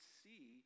see